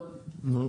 לא.